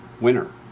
Winner